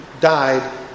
died